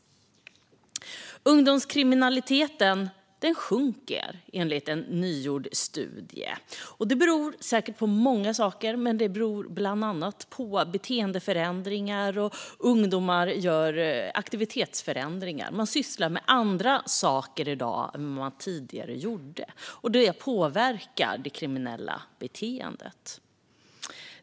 Ungdomskriminaliteten sjunker, enligt en nygjord studie. Det beror säkert på många saker. Det beror bland annat på beteendeförändringar. Ungdomar gör aktivitetsförändringar. Man sysslar med andra saker i dag än tidigare. Det påverkar det kriminella beteendet.